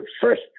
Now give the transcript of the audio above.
first